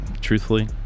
Truthfully